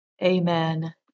Amen